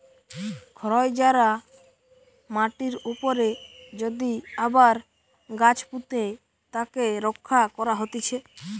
ক্ষয় যায়া মাটির উপরে যদি আবার গাছ পুঁতে তাকে রক্ষা করা হতিছে